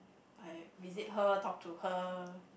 I visit her talk to her